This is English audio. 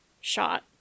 shot